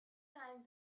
time